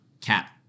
Cap